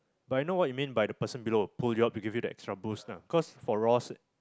but I know what you mean by the person below will pull you up to give you that extra boost lah cause for Ross